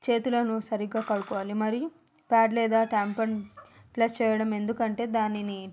చేతులను సరిగ్గా కడుక్కోవాలి మరియు ప్యాడ్ లేదా టాంపండ్ ఫ్లష్ చేయడం ఎందుకంటే దానిని